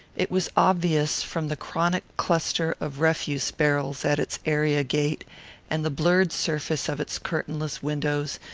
it was obvious from the chronic cluster of refuse-barrels at its area-gate and the blurred surface of its curtainless windows,